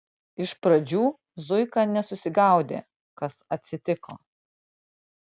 iš pradžių zuika nesusigaudė kas atsitiko